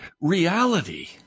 reality